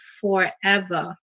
forever